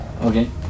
Okay